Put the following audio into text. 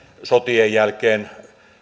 sotien jälkeen